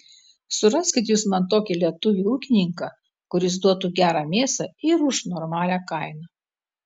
suraskit jūs man tokį lietuvį ūkininką kuris duotų gerą mėsą ir už normalią kainą